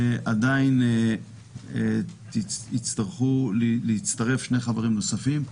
עדיין יצטרכו להצטרף שני חברים נוספים,